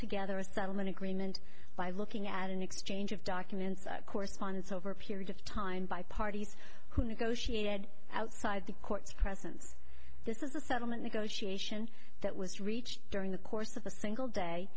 together a settlement agreement by looking at an exchange of documents correspondence over a period of time by parties who negotiated outside the court presence this is the settlement negotiation that was reached during the course of a single day